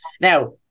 Now